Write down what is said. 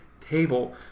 table